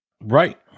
Right